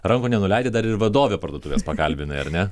rankų nenuleidžia dar ir vadovė parduotuvės pakalbinai ar ne